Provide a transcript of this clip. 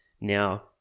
Now